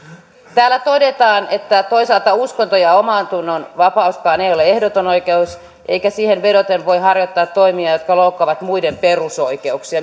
täällä todetaan että toisaalta uskonnon ja omantunnon vapauskaan ei ole ehdoton oikeus eikä siihen vedoten voi harjoittaa toimia jotka loukkaavat muiden perusoikeuksia